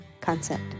concept